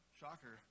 shocker